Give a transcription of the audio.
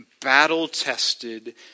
battle-tested